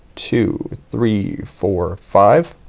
two, three, four, five,